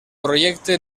projecte